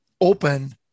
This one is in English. open